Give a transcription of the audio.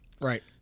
right